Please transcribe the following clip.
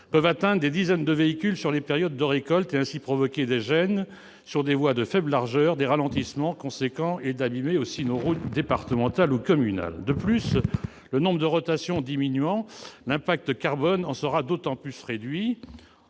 peuvent atteindre des dizaines de véhicules sur les périodes de récoltes et ainsi provoquer des gênes sur des voies de faibles largeurs, des ralentissements importants et abîmer nos routes départementales ou communales. De plus, le nombre de rotations diminuant, l'impact carbone en sera d'autant plus réduit.